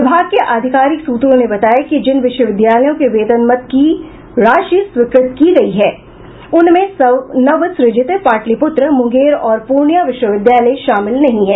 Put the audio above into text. विभाग के आधिकारिक सूत्रों ने बताया कि जिन विश्वविद्यालयों के वेतन मद की राशि स्वीकृत की गयी है उनमें नवसृजित पाटलिपुत्र मुंगेर और पूर्णिया विश्वविद्यालय शामिल नहीं है